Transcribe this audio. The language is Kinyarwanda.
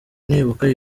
nibuka